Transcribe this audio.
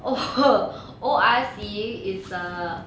!oho! orc is a